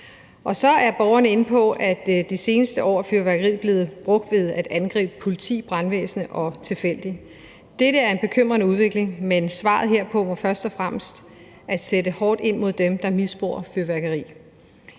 Så er borgerne inde på, at fyrværkeri det seneste år er blevet brugt til at angribe politi, brandvæsen og tilfældige mennesker. Dette er en bekymrende udvikling, men svaret herpå må først og fremmest være at sætte hårdt ind mod dem, der misbruger fyrværkeri.